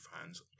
fans